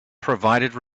provided